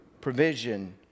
provision